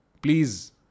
Please